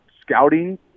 scouting